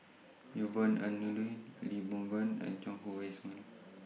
Yvonne Ng Uhde Lee Boon Ngan and Chuang Hui Tsuan